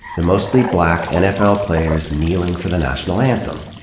the mostly-black nfl players kneeling for the national anthem?